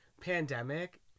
pandemic